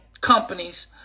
companies